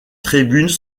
tribunes